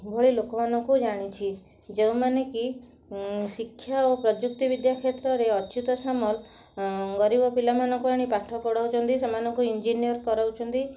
ଭଳି ଲୋକମାନଙ୍କୁ ଜାଣିଛି ଯେଉଁମାନେକି ଉଁ ଶିକ୍ଷା ଓ ପ୍ରଯୁକ୍ତି ବିଦ୍ୟା କ୍ଷେତ୍ରରେ ଅଚ୍ୟୁତ ସାମଲ ଏଁ ଗରିବ ପିଲାମାନଙ୍କୁ ଆଣି ପାଠ ପଢ଼ଉଛନ୍ତି ସେମାନଙ୍କୁ ଇଞ୍ଜିନିୟର କରଉଛନ୍ତି